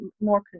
more